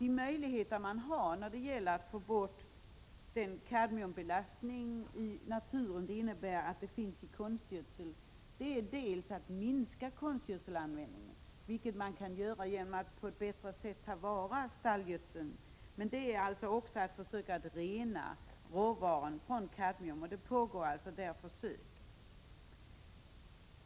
En möjlighet att minska den kadmiumbelastning som sker på naturen via konstgödseln är att minska konstgödselanvändningen, vilket man kan göra genom att på ett bättre sätt ta vara på stallgödseln. Men det gäller också att försöka rena råvaran från kadmium, vilket det alltså pågår försök med.